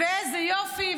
ואיזה יופי,